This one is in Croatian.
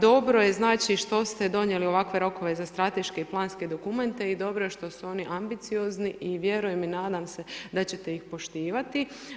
Dobro je znači što ste donijeli ovakve rokove za strateške i planske dokumente i dobro je što su oni ambiciozni i vjerujem i nadam se da ćete ih poštivati.